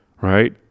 right